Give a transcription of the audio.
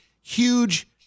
huge